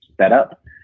setup